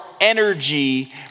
energy